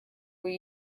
were